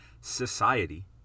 SOCIETY